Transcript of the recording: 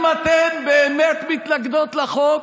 אבל אם אתן באמת מתנגדות לחוק,